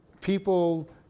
people